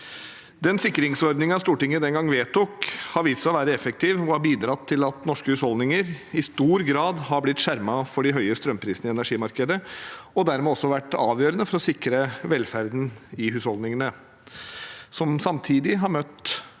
Den sikringsordningen Stortinget den gang vedtok, har vist seg å være effektiv og har bidratt til at norske husholdninger i stor grad har blitt skjermet for de høye strømprisene i energimarkedet, og har dermed også vært avgjørende for å sikre velferden i husholdningene, som samtidig har møtt